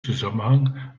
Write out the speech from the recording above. zusammenhang